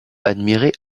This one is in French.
admirer